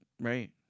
right